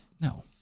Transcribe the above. no